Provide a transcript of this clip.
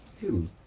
Dude